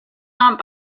not